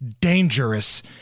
dangerous